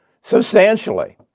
substantially